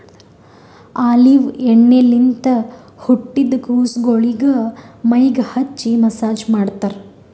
olive ಎಣ್ಣಿಲಿಂತ್ ಹುಟ್ಟಿದ್ ಕುಸಗೊಳಿಗ್ ಮೈಗ್ ಹಚ್ಚಿ ಮಸ್ಸಾಜ್ ಮಾಡ್ತರ್